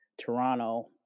Toronto